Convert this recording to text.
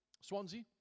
Swansea